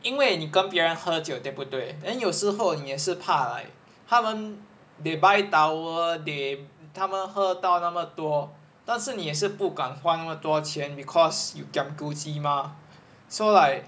因为你跟别人喝酒对不对 then 有时候你也是怕 like 他们 they buy tower they 他们喝到那么多但是你也是不敢花那么多钱 because you kiam guji mah so like